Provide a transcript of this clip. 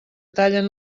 tallen